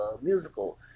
musical